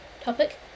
topic